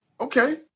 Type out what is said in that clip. okay